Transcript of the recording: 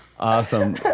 Awesome